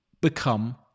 become